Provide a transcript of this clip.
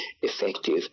effective